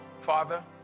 Father